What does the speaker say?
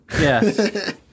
Yes